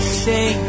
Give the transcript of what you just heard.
say